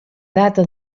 data